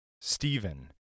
Stephen